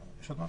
להצבעה.